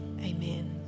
Amen